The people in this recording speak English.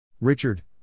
Richard